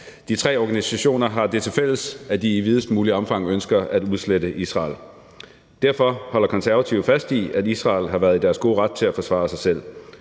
De tre organisationer har det tilfælles, at de i videst muligt omfang ønsker at udslette Israel. Derfor holder Konservative fast i, at Israel har været i deres gode ret til at forsvare sig selv,